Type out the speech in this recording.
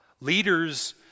Leaders